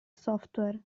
software